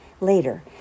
later